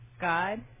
God